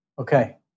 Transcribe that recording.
Okay